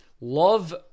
Love